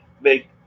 make